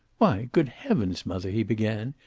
why, good heavens, mother, he began,